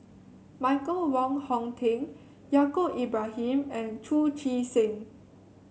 Michael Wong Hong Teng Yaacob Ibrahim and Chu Chee Seng